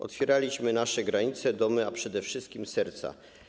Otworzyliśmy nasze granice, domy, a przede wszystkim serca.